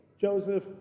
Joseph